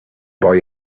boy